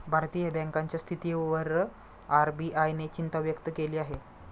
भारतीय बँकांच्या स्थितीवर आर.बी.आय ने चिंता व्यक्त केली आहे